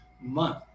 month